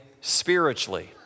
spiritually